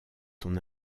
son